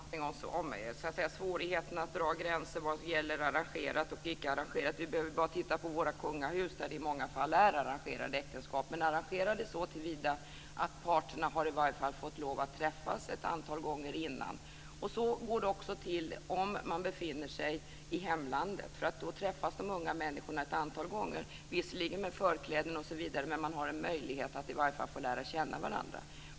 Fru talman! Jag delar Gustaf von Essens uppfattning om svårigheten att dra gränser vad gäller arrangerat och icke-arrangerat. Vi behöver bara titta på våra kungahus, där det i många fall är arrangerade äktenskap. Men de är arrangerade såtillvida att parterna i varje fall har fått lov att träffas ett antal gånger innan. Så går det också till om man befinner sig i hemlandet. Då träffas de unga människorna ett antal gånger, visserligen med förkläden osv., men de har en möjlighet att i varje fall få lära känna varandra.